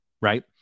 Right